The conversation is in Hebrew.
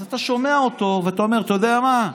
אז אתה שומע אותו ואתה אומר: אתה יודע מה,